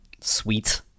Sweet